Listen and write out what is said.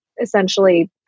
Essentially